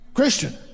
Christian